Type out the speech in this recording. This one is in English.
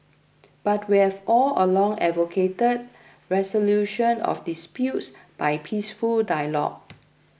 but we have all along advocated resolution of disputes by peaceful dialogue